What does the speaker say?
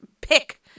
pick